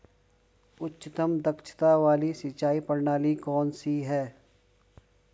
उच्चतम दक्षता वाली सिंचाई प्रणाली कौन सी है?